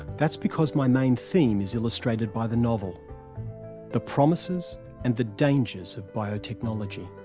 that's because my main theme is illustrated by the novel the promises and the dangers of biotechnology.